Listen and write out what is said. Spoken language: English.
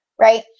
right